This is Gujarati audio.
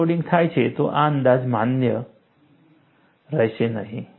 અનલોડિંગ થાય છે તો આ અંદાજો માન્ય રહેશે નહીં